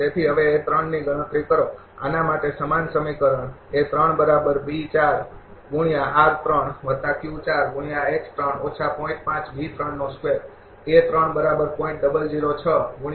તેથી હવે A3 ની ગણતરી કરો આના માટે સમાન સમીકરણ